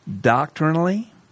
Doctrinally